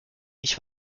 nicht